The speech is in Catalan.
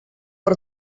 per